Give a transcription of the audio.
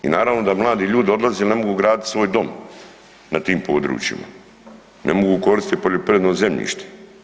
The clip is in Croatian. I naravno da mladi ljudi odlaze jer ne mogu graditi svoj dom na tim područjima, ne mogu koristiti poljoprivredno zemljište.